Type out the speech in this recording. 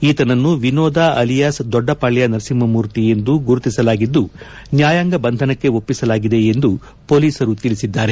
ಈತನನ್ನು ವಿನೋದ ಅಲಿಯಾಸ್ ದೊಡ್ಡಪಾಳ್ಯ ನರಸಿಂಹಮೂರ್ತಿ ಎಂದು ಗುರುತಿಸಲಾಗಿದ್ದು ನ್ಯಾಯಾಂಗ ಬಂಧನಕ್ಕೆ ಒಪ್ಪಿಸಲಾಗಿದೆ ಎಂದು ಮೊಲೀಸರು ತಿಳಿಸಿದ್ದಾರೆ